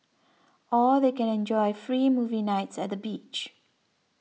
or they can enjoy free movie nights at the beach